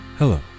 Hello